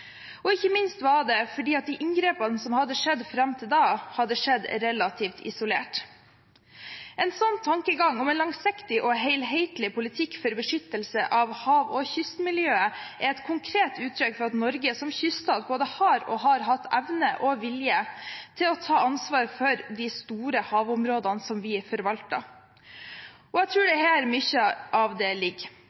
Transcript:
Ikke minst var det fordi de inngrepene som hadde skjedd fram til da, hadde skjedd relativt isolert. En sånn tankegang om en langsiktig og helhetlig politikk for beskyttelse av hav og kystmiljøet er et konkret uttrykk for at Norge som kyststat både har og har hatt evne og vilje til å ta ansvar for de store havområdene vi forvalter. Jeg tror det er her